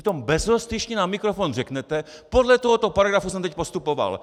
Přitom bezostyšně na mikrofon řeknete: Podle tohoto paragrafu jsem teď postupoval.